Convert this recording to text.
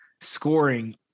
scoring